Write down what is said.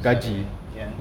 salary ya